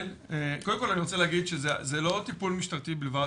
אני רוצה להגיד שזה לא טיפול משטרתי בלבד,